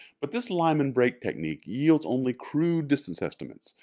but this lyman-break technique yields only crude distance estimates,